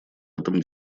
этом